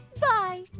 bye